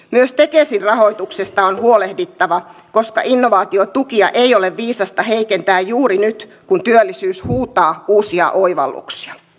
myös tekesin rahoituksesta on huolehdittava koska innovaatiotukia ei ole viisasta heikentää juuri nyt kun työllisyys huutaa uusia oivalluksia